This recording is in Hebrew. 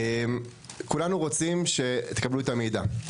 כולנו רוצים שתקבלו את המידע.